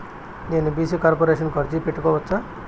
నేను BC corporation కు అర్జీ పెట్టుకోవచ్చా?